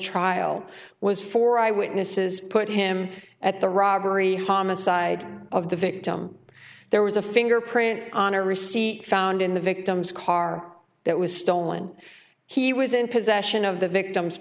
trial was for eye witnesses put him at the robbery homicide of the victim there was a fingerprint on a receipt found in the victim's car that was stolen he was in possession of the victim